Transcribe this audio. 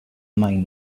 mine